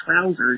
trousers